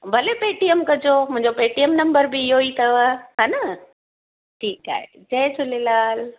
भले पेटीएम कजो मुंहिंजो पेटीएम नंबर बि इहेई अथव हा न ठीकु आहे जय झूलेलाल